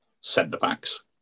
centre-backs